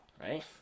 right